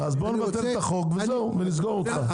אני רוצה --- אז בוא נבטל את החוק וזהו ונסגור אותם.